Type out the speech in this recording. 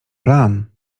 plan